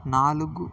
నాలుగు